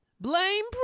Blame